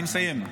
אני מסיים.